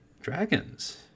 Dragons